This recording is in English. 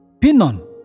Pinon